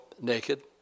naked